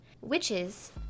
witches